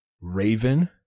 Raven